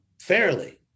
fairly